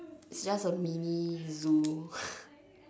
it just a mini room